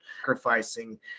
sacrificing